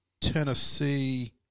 Tennessee